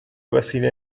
وسیله